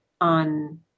on